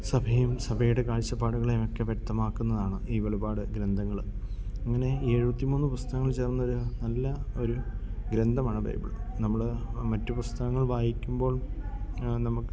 സഭയും സഭയുടെ കാഴ്ചപ്പാടുകളേയും ഒക്കെ വ്യക്തമാക്കുന്നതാണ് ഈ വെളിപാട് ഗ്രന്ഥങ്ങൾ അങ്ങനെ ഈ എഴുപത്തി മൂന്ന് പുസ്തകങ്ങൾ ചേർന്നൊരു നല്ല ഒരു ഗ്രന്ഥമാണ് ബൈബിൾ നമ്മൾ മറ്റു പുസ്തകങ്ങൾ വായിക്കുമ്പോൾ നമുക്ക്